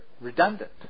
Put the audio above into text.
redundant